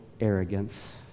arrogance